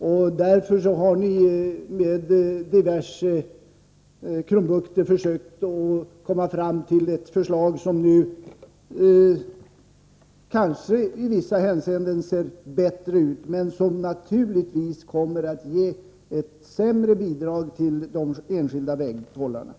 Det är ju därför som ni med diverse krumbukter har försökt att komma fram till ett förslag som i vissa hänseenden kanske ser bättre ut men som, naturligtvis, kommer att innebära att bidraget till de enskilda vägarna blir sämre.